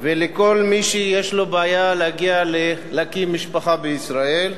ולכל מי שיש לו בעיה להגיע להקים משפחה בישראל,